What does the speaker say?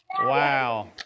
Wow